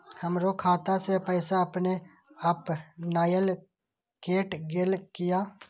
हमरो खाता से पैसा अपने अपनायल केट गेल किया?